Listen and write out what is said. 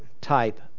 type